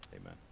Amen